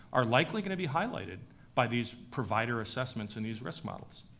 are likely gonna be highlighted by these provider assessments and these risk models.